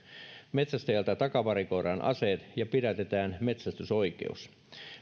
metsästäjältä takavarikoidaan aseet ja pidätetään metsästysoikeus